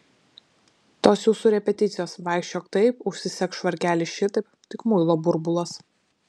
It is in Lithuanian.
tos jūsų repeticijos vaikščiok taip užsisek švarkelį šitaip tik muilo burbulas